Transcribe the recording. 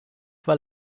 war